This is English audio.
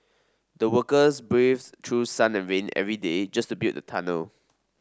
the workers braved through sun and rain every day just to build the tunnel